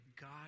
God